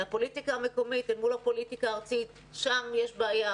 בפוליטיקה המקומית אל מול הפוליטיקה הארצית שם יש בעיה,